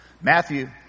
Matthew